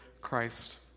Christ